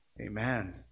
Amen